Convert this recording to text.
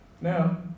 Now